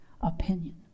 opinion